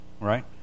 right